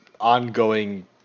ongoing